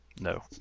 No